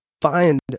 find